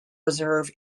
reserve